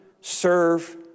serve